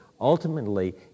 ultimately